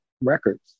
records